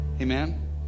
amen